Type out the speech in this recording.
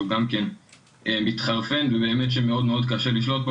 אז הוא גם כן מתחרפן ובאמת שקשה מאוד לשלוט בו.